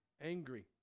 angry